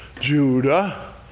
Judah